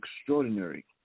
extraordinary